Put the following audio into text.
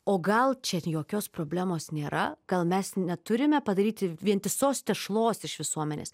o gal čia jokios problemos nėra gal mes neturime padaryti vientisos tešlos iš visuomenės